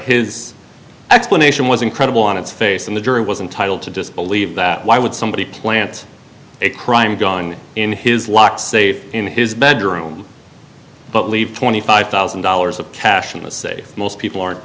his explanation was incredible on its face and the jury was entitled to disbelieve that why would somebody plant a crime gone in his locked safe in his bedroom but leave twenty five thousand dollars of cash in a safe most people aren't